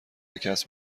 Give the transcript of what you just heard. کسب